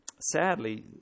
Sadly